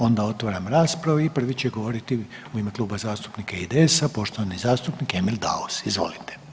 Onda otvaram raspravu i prvi će govoriti u ime Kluba zastupnika IDS-a poštovani zastupnik Emil Daus, izvolite.